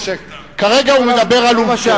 כרגע הוא מדבר על עובדות.